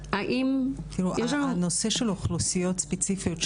הנושא של אוכלוסיות ספציפיות,